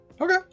Okay